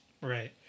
Right